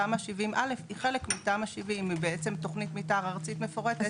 תמ"א 70(א) היא חלק מתמ"א 70. היא בעצם תוכנית מתאר ארצית מפורטת.